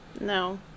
No